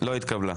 לא התקבלה.